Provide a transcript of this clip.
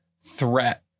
threat